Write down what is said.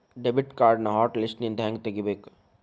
debit ಕಾರ್ಡ್ನ hot ಲಿಸ್ಟ್ನಿಂದ ಹೆಂಗ ತೆಗಿಬೇಕ